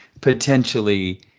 potentially